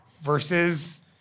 versus